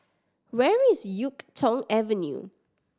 where is Yuk Tong Avenue